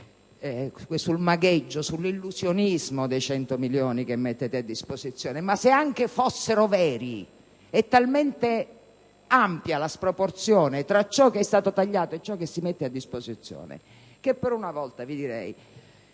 sul magheggio, sull'illusionismo dei 100 milioni che mettete a disposizione, ma se anche fossero veri, è talmente ampia la sproporzione tra ciò che è stato tagliato e ciò che si mette a disposizione che, per una volta, vi direi